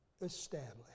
established